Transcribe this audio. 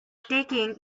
taking